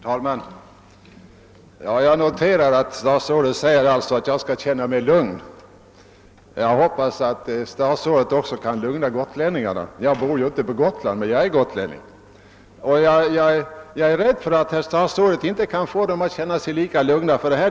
Herr talman! Jag noterar att statsrådet säger, att jag bör känna mig lugn. Jag hoppas att statsrådet också kan lugna gotlänningarna — jag bor inte på Gotland, men jag är gotlänning. Jag är rädd för att statsrådet inte kan få dem att känna sig lika lugna.